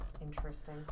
Interesting